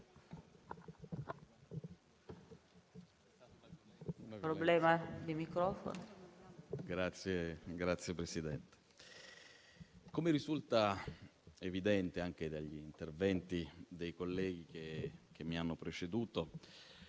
come risulta evidente anche dagli interventi dei colleghi che mi hanno preceduto,